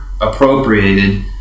appropriated